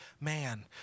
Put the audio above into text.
man